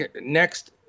next